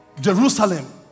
Jerusalem